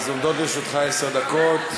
אז עומדות לרשותך עשר דקות.